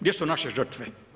Gdje su naše žrtve?